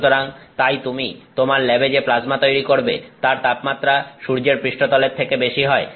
সুতরাং তাই তুমি তোমার ল্যাবে যে প্লাজমা তৈরি করবে তার তাপমাত্রা সূর্যের পৃষ্ঠতলের থেকে বেশি হয়